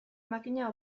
makina